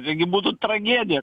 visgi būtų tragedija